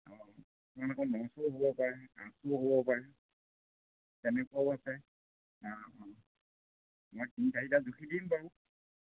অঁ কিছুমান আকৌ লৰচৰো হ'ব পাৰে আচুও হ'ব পাৰে তেনেকুৱাও আছে অঁ মই তিনি চাৰিটা জোখি দিম বাৰু